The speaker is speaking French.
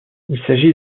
s’agit